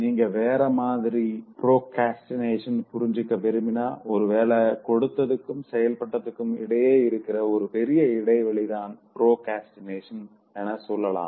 நீங்க வேற மாதிரி பிராக்ரஸ்டினேஷன புரிஞ்சுக்க விரும்பினா ஒரு வேல கொடுத்ததுக்கும் செய்யப்பட்டதுக்கும் இடையில இருக்கிற ஒரு பெரிய இடைவெளிதா பிராக்ரஸ்டினேஷன்னு சொல்லலாம்